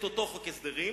את אותו חוק הסדרים,